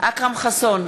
אכרם חסון,